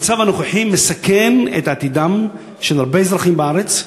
המצב הנוכחי מסכן את עתידם של הרבה אזרחים בארץ,